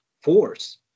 Force